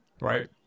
Right